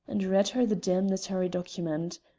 and read her the damnatory document.